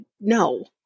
no